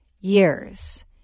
years